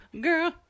Girl